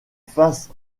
face